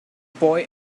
boy